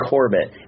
Corbett